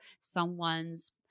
someone's